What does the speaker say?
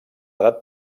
edat